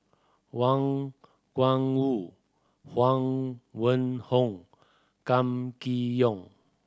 Wang Gungwu Huang Wenhong Kam Kee Yong